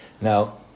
Now